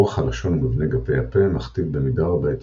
אורך הלשון ומבנה גפי הפה מכתיב במידה רבה את